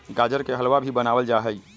गाजर से हलवा भी बनावल जाहई